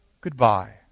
goodbye